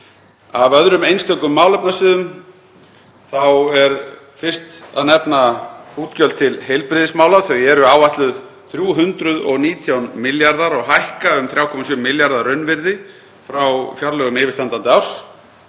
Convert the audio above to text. Af öðrum einstökum málefnasviðum er fyrst að nefna útgjöld til heilbrigðismála. Þau eru áætluð 319 milljarðar og hækka um 3,7 milljarða að raunvirði frá fjárlögum yfirstandandi árs.